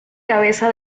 cabeza